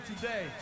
today